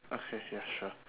okay ya sure